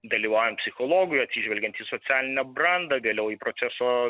dalyvaujant psichologui atsižvelgiant į socialinę brandą vėliau į proceso